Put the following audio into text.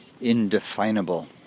indefinable